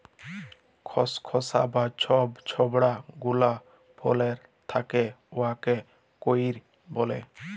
খসখসা যা ছব ছবড়া গুলা ফলের থ্যাকে উয়াকে কইর ব্যলে